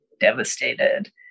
devastated